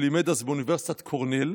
שלימד אז באוניברסיטת קורנל,